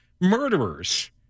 murderers